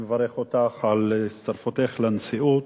אני מברך אותך על הצטרפותך לנשיאות.